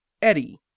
eddie